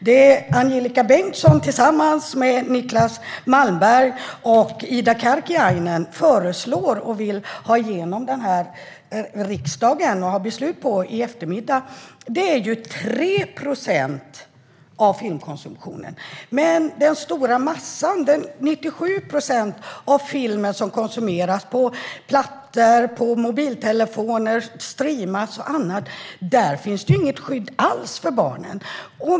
Det Angelika Bengtsson tillsammans med Niclas Malmberg och Ida Karkiainen föreslår för riksdagen och vill få beslut om i eftermiddag är 3 procent av filmkonsumtionen. Men den stora massan av film, de 97 procent som konsumeras på plattor och mobiltelefoner genom streamning och annat, har inget skydd alls för barnen.